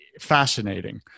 fascinating